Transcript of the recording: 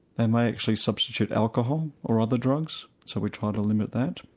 they may actually substitute alcohol or other drugs so we try to limit that.